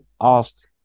asked